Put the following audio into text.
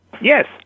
Yes